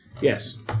Yes